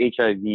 HIV